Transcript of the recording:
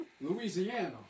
Louisiana